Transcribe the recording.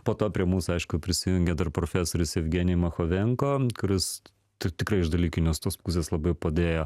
po to prie mūsų aišku prisijungė dar profesorius evgenij machovenko kuris tikrai iš dalykinės tos pusės labai padėjo